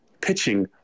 pitching